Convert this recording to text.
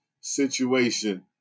situation